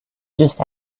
just